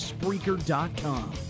Spreaker.com